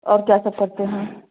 और क्या सब करते हैं